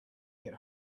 get